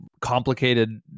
complicated